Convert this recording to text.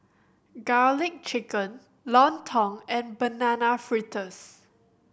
Garlic Chicken Lontong and Banana Fritters